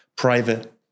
private